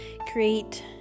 create